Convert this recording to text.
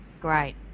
great